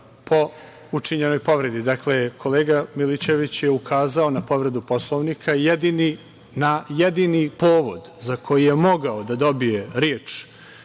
po učinjenoj povredi. Dakle, kolega Milićević je ukazao na povredu Poslovnika. Jedini povod za koji je mogao da dobije reč,